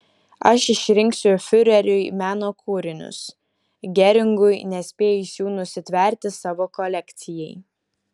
aš išrinksiu fiureriui meno kūrinius geringui nespėjus jų nusitverti savo kolekcijai